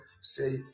say